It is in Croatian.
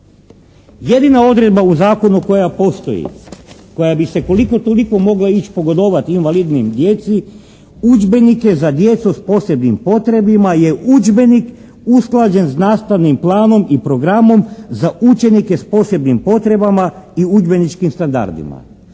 Jedina odredba u zakonu koja postoji, koja bi se koliko-toliko mogla ići pogodovati invalidnoj djeci, udžbenike za djecu s posebnim potrebama je udžbenik usklađen s nastavnim planom i programom za učenike s posebnim potrebama i udžbeničkim standardima.